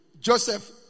Joseph